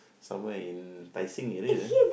somewhere in Tai Seng area ah